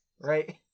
Right